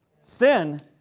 Sin